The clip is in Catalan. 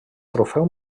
trofeu